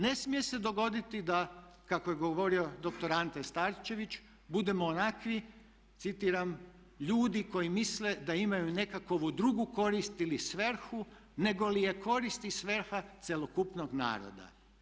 Ne smije se dogoditi da, kako je govorio dr. Ante Starčević, budemo onakvi citiram "ljudi koji misle da imaju nekakvu drugu korist ili svrhu negoli je korist i svrha cjelokupnog naroda.